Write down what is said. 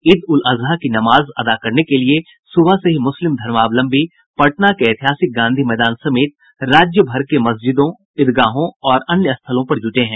ईद उल अज़हा की नमाज़ अदा करने के लिये सुबह से ही मुस्लिम धर्मावलंबी पटना के ऐतिहासिक गांधी मैदान समेत राज्य भर के मस्जिदों ईदगाहों और अन्य स्थलों पर जुटे हैं